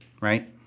right